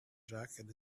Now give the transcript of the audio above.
jacket